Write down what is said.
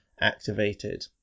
activated